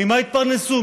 ממה יתפרנסו?